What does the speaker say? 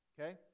Okay